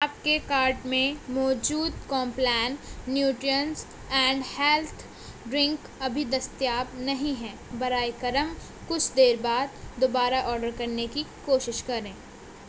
آپ کے کارٹ میں موجود Complan nutrients and health drink ابھی دستیاب نہیں ہے براہ کرم کچھ دیر بعد دوبارہ آرڈر کرنے کی کوشش کریں